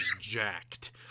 jacked